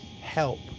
help